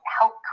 help